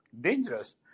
dangerous